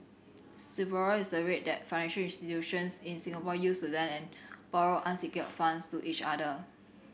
Sibor is the rate that financial institutions in Singapore use to lend and borrow unsecured funds to each other